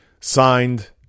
Signed